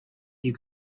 you